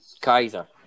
Kaiser